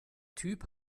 typ